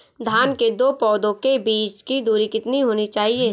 धान के दो पौधों के बीच की दूरी कितनी होनी चाहिए?